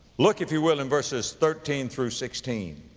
look if you will in verses thirteen through sixteen,